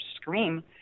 scream